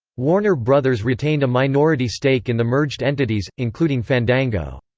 warner bros. retained a minority stake in the merged entities, including fandango.